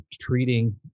treating